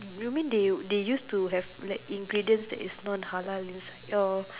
you mean they they used to have ingredients that is non halal inside your